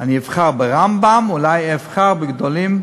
אני אבחר ברמב"ם, אולי אבחר בגדולים,